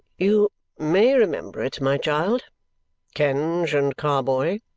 you may remember it, my child kenge and carboy,